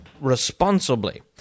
responsibly